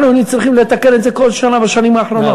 אנחנו היינו צריכים לתקן את זה כל שנה בשנים האחרונות.